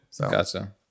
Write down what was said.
Gotcha